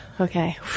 okay